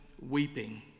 weeping